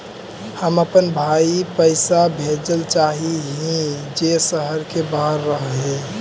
हम अपन भाई पैसा भेजल चाह हीं जे शहर के बाहर रह हे